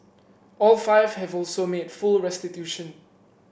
all five have also made full restitution